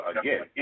again